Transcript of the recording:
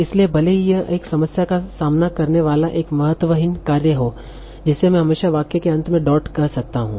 इसलिए भले ही यह इस समस्या का सामना करने वाला एक महत्वहीन कार्य हो जिसे मैं हमेशा वाक्य के अंत में डॉट कह सकता हूं